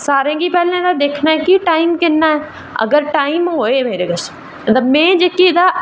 सारें गी पैह्लें दिक्खना की टाईम किन्ना ऐ अगर टाईम होऐ मेरे कश ते में जेह्की तां